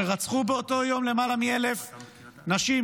שרצחו באותו יום למעלה מ-1,000 נשים,